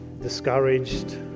discouraged